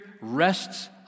rests